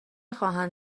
خواهند